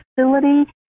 facility